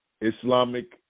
Islamic